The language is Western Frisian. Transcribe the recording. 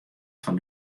fan